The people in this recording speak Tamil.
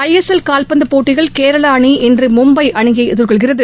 ஐ எஸ் எல் கால்பந்து போட்டியில் கேரளா அணி இன்று மும்பை அணியை எதிர்கொள்கிறது